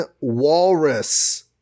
Walrus